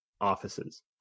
offices